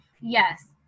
yes